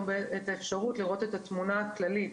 את האפשרות לראות את התמונה הכללית.